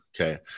Okay